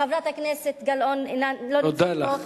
חברת הכנסת גלאון לא נמצאת פה, מודה לך.